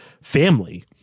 family